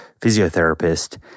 physiotherapist